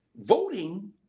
Voting